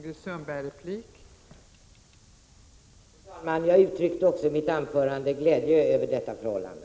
Fru talman! Jag uttryckte också i mitt anförande glädje över detta förhållande.